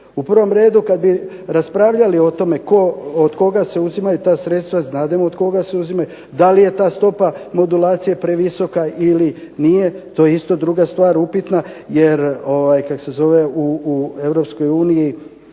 U prvom redu kada bi raspravljali o tome od koga se uzimaju ta sredstva, znamo od koga se uzima. Da li je ta stopa modulacije previsoka ili nije? To je isto druga stvar upitna. Jer u